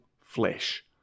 flesh